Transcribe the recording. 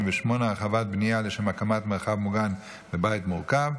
38) (הרחבת בנייה לשם הקמת מרחב מוגן בבית מורכב),